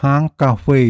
ហាងកាហ្វេ